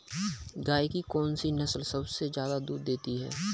गाय की कौनसी नस्ल सबसे ज्यादा दूध देती है?